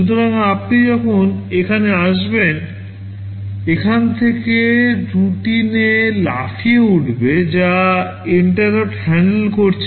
সুতরাং আপনি যখন এখানে আসবেন এখান থেকে রুটিনে লাফিয়ে উঠবে যা INTERRUPT হ্যান্ডল করছে